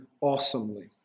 awesomely